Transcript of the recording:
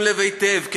אבל צריך לשים לב היטב,